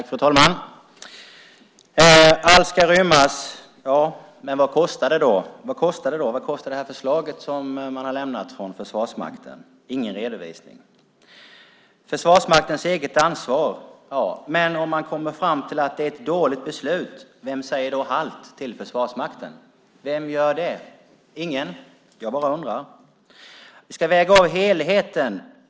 Fru talman! Allt ska rymmas. Men vad kostar det då? Vad kostar det förslag som man har lämnat från Försvarsmakten? Det finns ingen redovisning. Det är Försvarsmaktens eget ansvar, säger ministern. Men om man kommer fram till att det är ett dåligt beslut - vem säger då halt till Försvarsmakten? Vem gör det - ingen? Jag bara undrar. Vi ska väga av helheten.